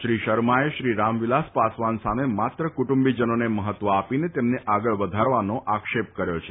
શ્રી શર્માએ શ્રી રામવિલાસ પાસવાન સામે માત્ર કુટુંબીજનોને મફત્વ આપીને તેમને આગળ વધારવાનો આક્ષેપ કર્યો છે